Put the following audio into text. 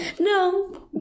No